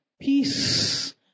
Peace